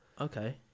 Okay